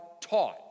taught